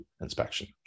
inspection